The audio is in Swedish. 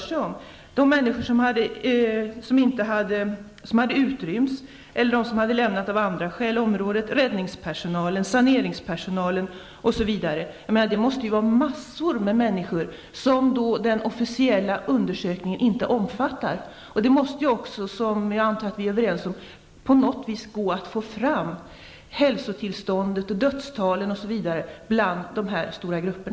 Det gäller människor som hade utrymts eller av andra skäl lämnat området, räddningspersonal, saneringspersonal m.fl. Det måste finnas en mängd människor som inte omfattas av den officiella undersökningen. Det måste också -- vilket jag antar att vi är överens om -- på något sätt gå att få fram hälsotillstånd, dödstal osv. för dessa stora grupper.